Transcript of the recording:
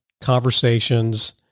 conversations